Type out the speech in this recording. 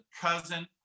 cousin